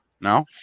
No